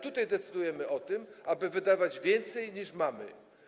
Tutaj decydujemy o tym, aby wydawać więcej niż mamy.